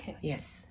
Yes